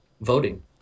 voting